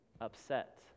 upset